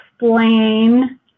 explain